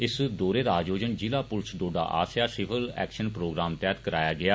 इस दौरे दा आयोजन जिला पुलस डोडा आस्सेआ सिविल एक्शन प्रोग्राम तैह्त कराया गेआ